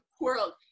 world